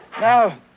Now